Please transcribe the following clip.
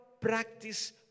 practice